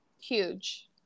Huge